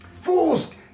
Fools